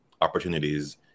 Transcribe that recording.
opportunities